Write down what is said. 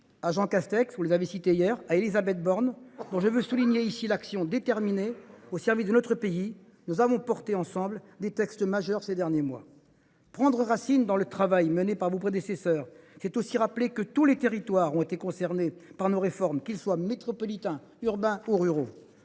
à Jean Castex et à Élisabeth Borne, dont je veux souligner l’action déterminée au service de notre pays. Nous avons porté ensemble, ces derniers mois, des textes majeurs. Prendre racine dans le travail mené par vos prédécesseurs, c’est aussi rappeler que tous les territoires ont été concernés par nos réformes, qu’ils soient métropolitains, urbains ou ruraux.